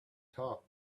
top